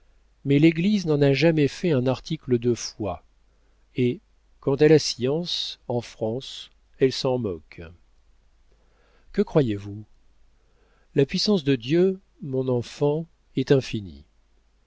mais l'église n'en a jamais fait un article de foi et quant à la science en france elle s'en moque que croyez-vous la puissance de dieu mon enfant est infinie